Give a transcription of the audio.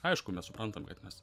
aišku mes suprantam kad mes